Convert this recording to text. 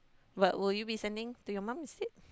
but will you be sending to your mom instead